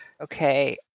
Okay